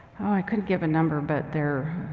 oh i couldn't give a number, but there,